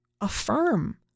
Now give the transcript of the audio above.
affirm